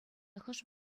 хӑш